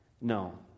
No